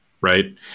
right